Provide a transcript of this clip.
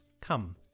Come